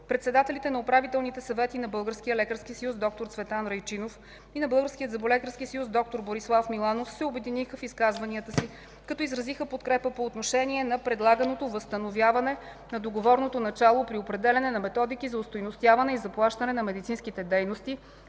Председателите на Управителните съвети на Българския лекарски съюз – д-р Цветан Райчинов, и на Българския зъболекарски съюз – д-р Борислав Миланов, се обединиха в изказванията си, като изразиха подкрепа по отношение на предлаганото възстановяване на договорното начало при определянето на методики за остойностяване и заплащане на медицинските дейности,